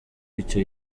icyo